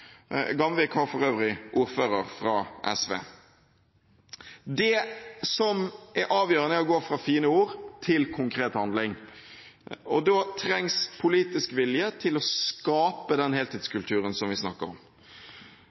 Gamvik har for øvrig ordfører fra SV. Det som er avgjørende, er å gå fra fine ord til konkret handling. Da trengs det politisk vilje til å skape den heltidskulturen som vi snakker om.